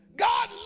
God